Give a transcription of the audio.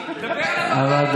והיא מדברת,